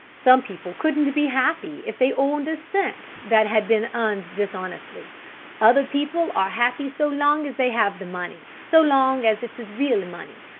some people couldn't be happy if they owned a cent that had been earned dishonestly other people are happy so long as they have the money so long as it is real money.